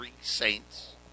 Saints